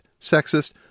sexist